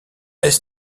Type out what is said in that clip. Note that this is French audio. est